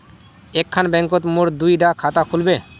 एक खान बैंकोत मोर दुई डा खाता खुल बे?